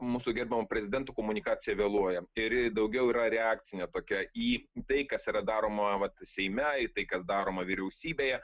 mūsų gerbiamo prezidento komunikacija vėluoja ir ji yra daugiau reakcinė tokia į tai kas yra daroma vat seime tai kas daroma vyriausybėje